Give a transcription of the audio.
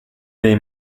dei